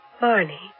Barney